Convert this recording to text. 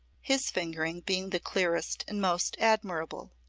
his fingering being the clearest and most admirable.